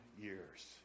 years